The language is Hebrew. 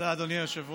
תודה, אדוני היושב-ראש.